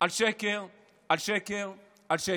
על שקר על שקר על שקר.